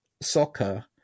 soccer